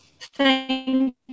thank